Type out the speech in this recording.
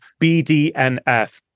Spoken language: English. BDNF